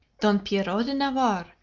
don-pierrot-de-navarre,